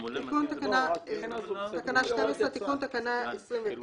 "תיקון תקנה 29 12. בתקנה 29